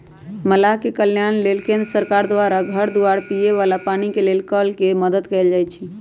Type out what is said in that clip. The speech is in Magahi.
मलाह के कल्याण लेल केंद्र सरकार द्वारा घर दुआर, पिए बला पानी के लेल कल के मदद कएल जाइ छइ